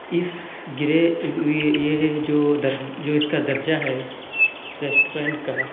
اس گرے یہ جو جو اس کا درجہ ہے ریسٹورینٹ کا